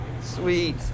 sweet